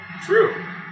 True